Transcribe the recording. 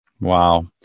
Wow